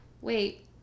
wait